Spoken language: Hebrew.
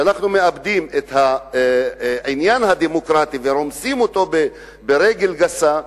שאנחנו מאבדים את העניין הדמוקרטי ורומסים אותו ברגל גסה,